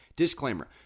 Disclaimer